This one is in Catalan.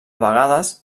vegades